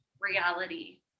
reality